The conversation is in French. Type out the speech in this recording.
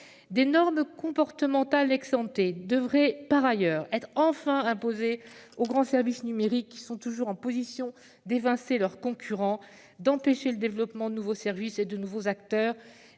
Des normes comportementales devraient par ailleurs être enfin imposées aux grands services numériques, qui sont toujours en position d'évincer leurs concurrents, d'empêcher le développement de nouveaux services et de nouveaux acteurs,